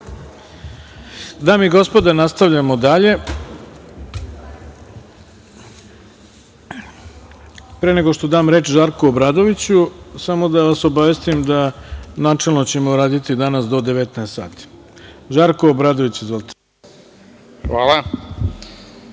Dame i gospodo, nastavljamo dalje. Pre nego što dam reč Žarku Obradoviću, samo da vas obavestim da načelno ćemo raditi danas do 19.00 časova. Reč ima Žarko Obradović. Izvolite. **Žarko